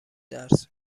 درس